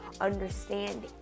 understanding